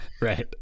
Right